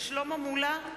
שלמה מולה,